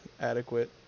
adequate